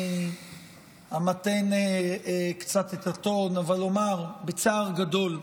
אני אמתן קצת את הטון, אבל אומר, בצער גדול,